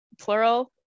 plural